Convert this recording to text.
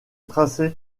tracer